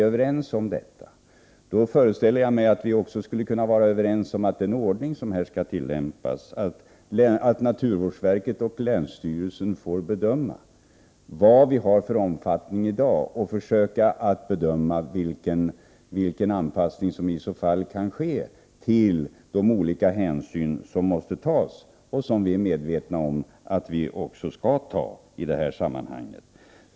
Är vi det, föreställer jag mig att vi också är överens om den ordning som här skall tillämpas, dvs. att naturvårdsverket och länsstyrelsen får försöka bedöma vilken omfattning vargstammen har i dag och vilken anpassning som skall ske till de olika intressen som man måste ta hänsyn till. Också vi är medvetna om att sådana hänsyn måste tas i detta sammanhang.